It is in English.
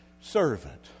servant